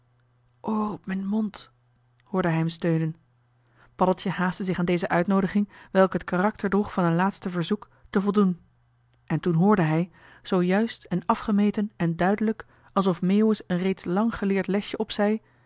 op m'n mond hoorde hij hem steunen paddeltje haastte zich aan deze uitnoodiging welke het karakter droeg van een laatste verzoek te voldoen en toen hoorde hij zoo juist en afgemeten en duidelijk alsof meeuwis een reeds lang geleerd lesje opzei